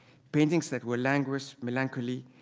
paintings that were languid, melancholy,